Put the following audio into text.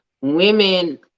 women